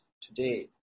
today